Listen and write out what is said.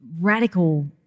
radical